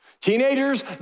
Teenagers